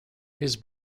his